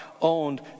owned